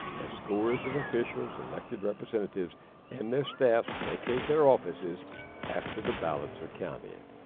as scores of officials, elected representatives and their staffs vacate their offices after the ballots are counted.